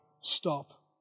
stop